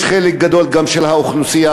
יש חלק גדול גם של האוכלוסייה.